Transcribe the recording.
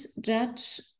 judge